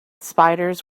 spiders